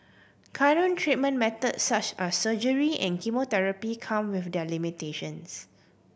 current treatment method such as surgery and chemotherapy come with their limitations